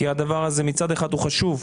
כי הדבר הזה מצד אחד הוא חשוב,